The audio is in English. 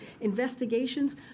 investigations